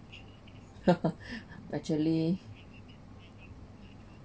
actually